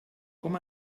com